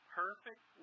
perfect